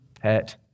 pet